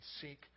seek